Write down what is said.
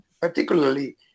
particularly